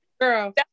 girl